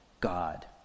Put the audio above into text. God